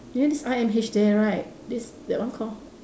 near this I_M_H there right this that one called